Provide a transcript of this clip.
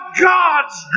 God's